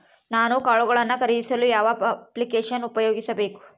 ನಾನು ಕಾಳುಗಳನ್ನು ಖರೇದಿಸಲು ಯಾವ ಅಪ್ಲಿಕೇಶನ್ ಉಪಯೋಗಿಸಬೇಕು?